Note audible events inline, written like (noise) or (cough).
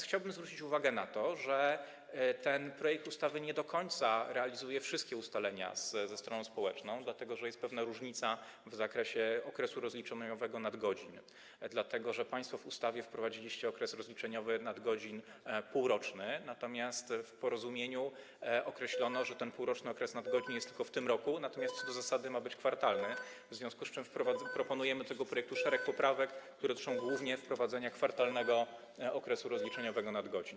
Chciałbym zwrócić uwagę na to, że ten projekt ustawy nie do końca realizuje wszystkie ustalenia ze stroną społeczną, dlatego że jest pewna różnica w zakresie okresu rozliczeniowego nadgodzin, ponieważ państwo w ustawie wprowadziliście półroczny okres rozliczeniowy nadgodzin, natomiast w porozumieniu określono, (noise) że ten półroczny okres nadgodzin jest tylko w tym roku, a co do zasady ma być kwartalny, w związku z czym proponujemy do tego projektu szereg poprawek, które dotyczą głównie wprowadzenia kwartalnego okresu rozliczeniowego nadgodzin.